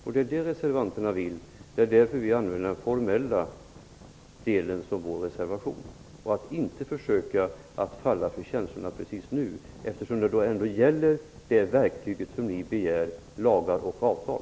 Det är vad reservanterna vill. Det är därför vi hänvisar till den formella delen i vår reservation. Vi menar att man skall försöka att inte falla för känslorna just nu. Det verktyg som ni begär är ju lagar och avtal.